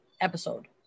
episode